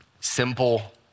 Simple